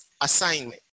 assignment